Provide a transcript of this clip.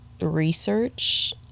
research